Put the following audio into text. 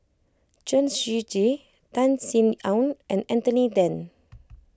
Chen Shiji Tan Sin Aun and Anthony then